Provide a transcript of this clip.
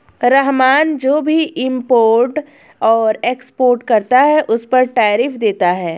रहमान जो भी इम्पोर्ट और एक्सपोर्ट करता है उस पर टैरिफ देता है